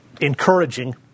encouraging